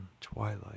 twilight